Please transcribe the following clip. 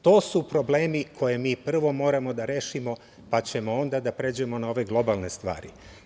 To su problemi koje mi prvo moramo da rešimo, pa ćemo onda da pređemo na ove globalne stvari.